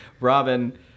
Robin